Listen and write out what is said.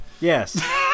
yes